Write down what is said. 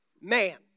Man